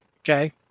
Okay